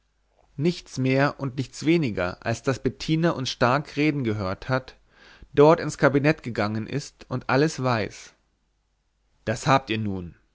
nichts mehr und nichts weniger als daß bettina uns stark reden gehört hat dort ins kabinett gegangen ist und alles weiß das habt ihr nun